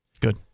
Good